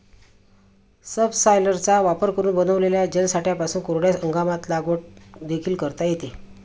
सबसॉयलरचा वापर करून बनविलेल्या जलसाठ्यांपासून कोरड्या हंगामात लागवड देखील करता येते